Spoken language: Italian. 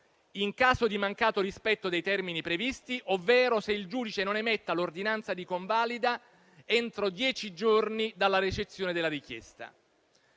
in caso di mancato rispetto dei termini previsti, ovvero se il giudice non emette l'ordinanza di convalida entro dieci giorni dalla ricezione della richiesta.